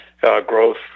growth